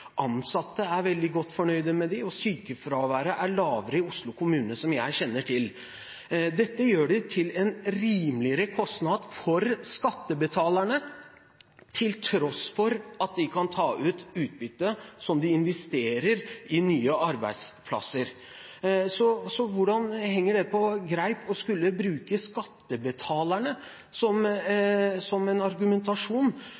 ansatte er veldig godt fornøyd med dem. Sykefraværet er lavere i Oslo kommune, som jeg kjenner til. Dette gjør dem til en rimeligere kostnad for skattebetalerne, til tross for at de kan ta ut utbytte som de investerer i nye arbeidsplasser. Hvordan henger det på greip å bruke skattebetalerne som